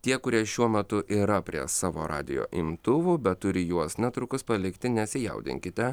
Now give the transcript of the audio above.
tie kurie šiuo metu yra prie savo radijo imtuvų bet turi juos netrukus palikti nesijaudinkite